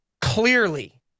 clearly